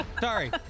sorry